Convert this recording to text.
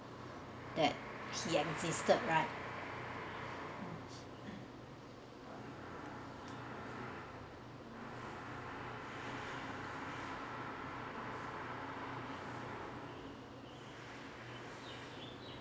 that he existed right